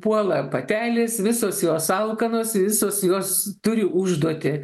puola patelės visos jos alkanos visos jos turi užduotį